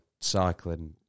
cycling